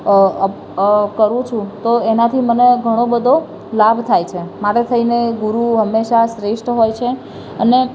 અ અ કરું છું તો એનાથી મને ઘણો બધો લાભ થાય છે માટે થઇને ગુરુ હંમેશા શ્રેષ્ઠ હોય છે અને